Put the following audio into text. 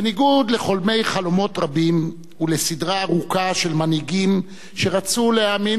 בניגוד לחולמי חלומות רבים ולסדרה ארוכה של מנהיגים שרצו להאמין,